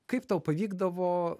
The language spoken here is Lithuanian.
kaip tau pavykdavo